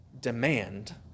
demand